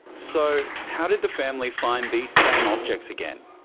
so how did the family find these same objects again?